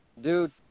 Dude